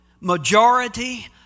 majority